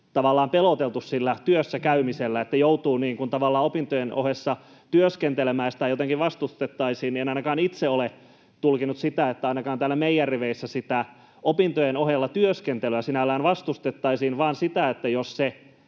tavallaan peloteltu sillä työssä käymisellä ja sitä, että joutuu opintojen ohessa työskentelemään, jotenkin vastustettaisiin: En ainakaan itse ole tulkinnut, että ainakaan täällä meidän riveissämme sitä opintojen ohella työskentelyä sinällään vastustettaisiin, vaan sitä, jos se